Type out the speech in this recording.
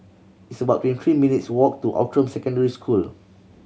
it's about twenty three minutes' walk to Outram Secondary School